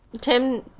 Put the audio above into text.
Tim